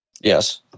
Yes